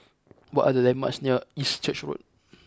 what are the landmarks near East Church Road